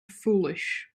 foolish